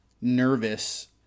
nervous